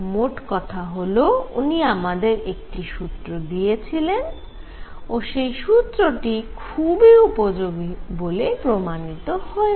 মোটকথা হল উনি আমাদের একটি সূত্র দিয়েছিলেন ও সেই সূত্রটি খুবই উপযোগী বলে প্রমানিত হয়েছে